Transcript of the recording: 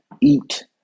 eat